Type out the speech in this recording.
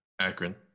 Akron